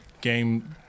game